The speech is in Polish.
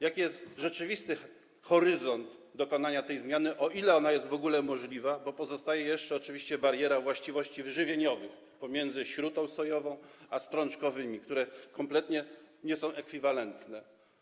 Jaki jest rzeczywisty horyzont dokonania tej zmiany, o ile ona jest w ogóle możliwa, bo pozostaje jeszcze oczywiście bariera właściwości żywieniowych pomiędzy śrutą sojową a strączkowymi, które kompletnie nie są ekwiwalentne.